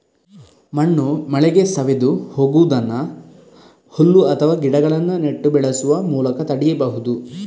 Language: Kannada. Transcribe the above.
ಮಣ್ಣು ಮಳೆಗೆ ಸವೆದು ಹೋಗುದನ್ನ ಹುಲ್ಲು ಅಥವಾ ಗಿಡಗಳನ್ನ ನೆಟ್ಟು ಬೆಳೆಸುವ ಮೂಲಕ ತಡೀಬಹುದು